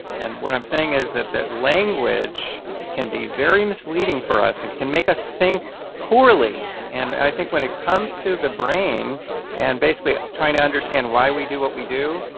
and what i'm saying is that that language can be very misleading for us and can make us think poorly. and i think when it comes to the brain and basically trying to understand why we do what we do,